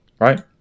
right